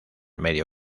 medio